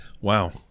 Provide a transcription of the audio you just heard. Wow